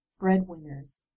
breadwinners